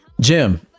Jim